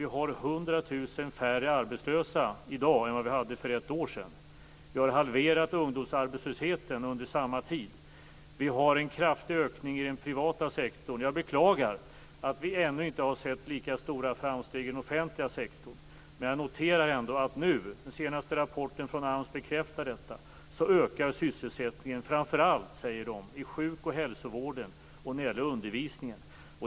Vi har 100 000 färre arbetslösa i dag än för ett år sedan. Vi har halverat ungdomsarbetslösheten under samma tid. Vi har en kraftig ökning i den privata sektorn. Jag beklagar att vi ännu inte sett lika stora framsteg i den offentliga sektorn. Men den senaste rapporten från AMS bekräftar att sysselsättningen nu ökar i framför allt sjuk och hälsovården och undervisningen.